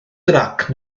grac